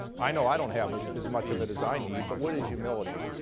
i know i don't have as as much of it as i need. but what is humility?